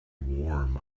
warm